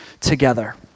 together